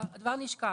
הדבר נשקל.